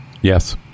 Yes